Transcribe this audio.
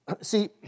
See